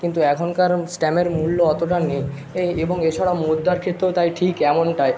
কিন্তু এখনকার স্ট্যামের মূল্য অতোটা নেই এই এবং এছাড়াও মুদ্রার ক্ষেত্রেও তাই ঠিক এমনটাই